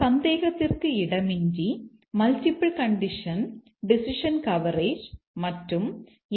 சந்தேகத்திற்கு இடமின்றி multiple condition decision coverage மற்றும் எம்